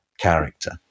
character